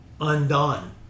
undone